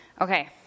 Okay